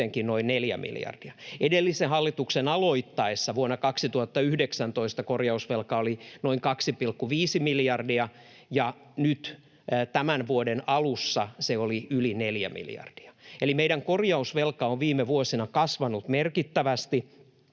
noin neljä miljardia. Edellisen hallituksen aloittaessa vuonna 2019 korjausvelka oli noin 2,5 miljardia, ja nyt tämän vuoden alussa se oli yli neljä miljardia. Eli meidän korjausvelkamme on viime vuosina kasvanut merkittävästi,